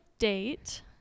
date